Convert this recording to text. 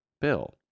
bill